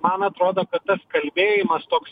man atrodo kad tas kalbėjimas toks